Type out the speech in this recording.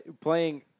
playing